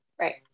Right